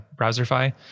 Browserify